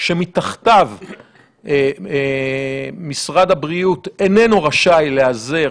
שמתחתיו משרד הבריאות איננו רשאי להיעזר